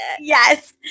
Yes